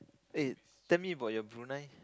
eh tell me about your Brunei